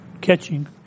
catching